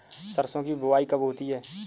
सरसों की बुआई कब होती है?